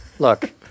Look